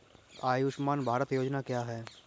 आयुष्मान भारत योजना क्या है?